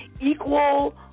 equal